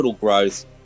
growth